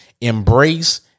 Embrace